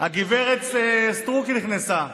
גב' סטרוק נכנסה.